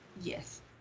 Yes